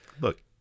Look